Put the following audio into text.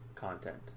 content